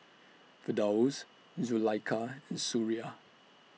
Firdaus Zulaikha and Suria